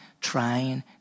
trying